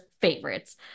favorites